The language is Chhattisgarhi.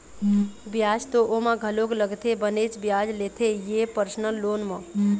बियाज तो ओमा घलोक लगथे बनेच बियाज लेथे ये परसनल लोन म